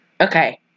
Okay